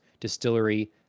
Distillery